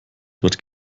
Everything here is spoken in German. dort